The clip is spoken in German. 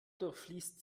durchfließt